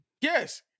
Yes